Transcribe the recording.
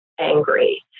angry